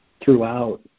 throughout